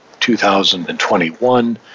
2021